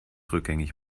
rückgängig